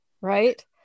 right